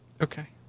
Okay